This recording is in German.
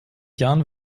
jahren